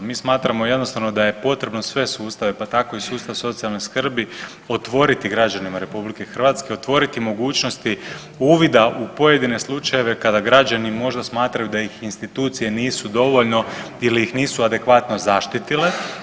Mi smatramo jednostavno da je potrebno sve sustave, pa tako i sustav socijalne skrbi otvoriti građanima RH, otvoriti mogućnosti uvida u pojedine slučajeve kada građani možda smatraju da ih institucije nisu dovoljno ili ih nisu adekvatno zaštitile.